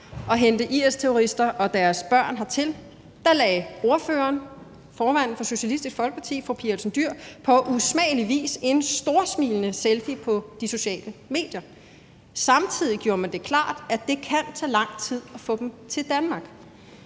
og hente IS-terrorister og deres børn hertil, lagde ordføreren, formanden for Socialistisk Folkeparti, fru Pia Olsen Dyhr, på usmagelig vis en storsmilende selfie på de sociale medier. Samtidig gjorde man det klart, at det kan tage lang tid at få dem til Danmark.